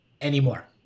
anymore